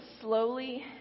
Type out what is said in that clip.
slowly